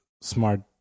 smart